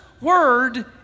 word